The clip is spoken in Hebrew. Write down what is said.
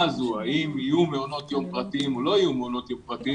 שהיא האם יהיו מעונות יום פרטיים או לא יהיו יום פרטיים.